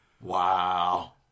Wow